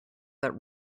that